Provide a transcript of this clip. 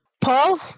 Paul